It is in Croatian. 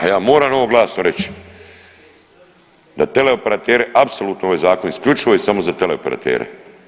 A ja moram ovo glasno reći, da teleoperateri apsolutno ovaj zakon isključivo je samo za teleoperatere.